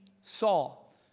Saul